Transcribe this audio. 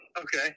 Okay